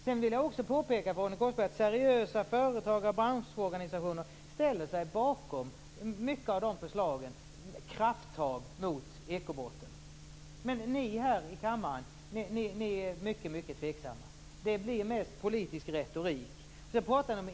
Jag vill också påpeka för Ronny Korsberg att seriösa företagare och branschorganisationer ställer sig bakom många av förslagen om krafttag mot ekobrotten. Här i kammaren är man dock mycket tveksam. Det blir mest politisk retorik.